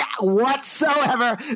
whatsoever